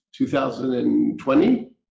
2020